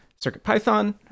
CircuitPython